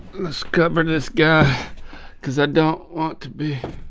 let's cover this guy cause i don't want to be.